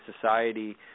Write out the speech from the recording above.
society